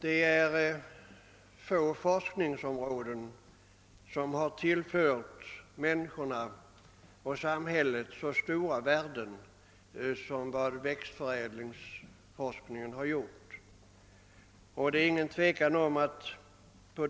Det är dock få forskningsområden som har tillfört människorna och samhället så stora värden som växtförädlingsforskningen.